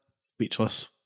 speechless